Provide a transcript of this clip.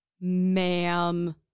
Ma'am